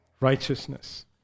righteousness